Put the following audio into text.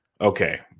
Okay